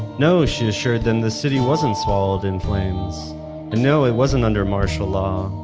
no, she assured them the city wasn't swallowed in flames and no, it wasn't under martial law.